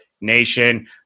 Nation